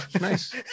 Nice